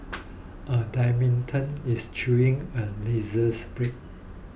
a dalmatian is chewing a razor's blade